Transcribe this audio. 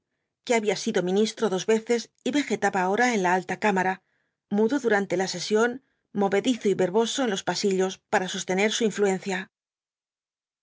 que había sido ministro dos veces y vegetaba ahora en la alta cámara mudo durante la sesión movedizo y verboso en los pasillos para sostener su influencia